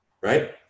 right